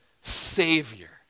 savior